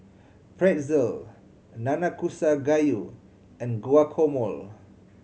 Pretzel Nanakusa Gayu and Guacamole